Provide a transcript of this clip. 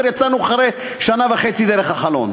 ואחרי שנה וחצי כבר יצאנו דרך החלון.